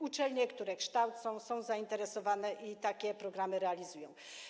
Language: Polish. Uczelnie, które kształcą, są tym zainteresowane i takie programy realizują.